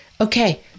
okay